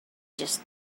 just